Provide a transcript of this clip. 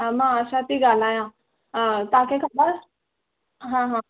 हा मां आशा पई ॻाल्हायां तव्हांखे ख़बर हा हा